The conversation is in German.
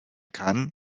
kann